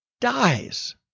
dies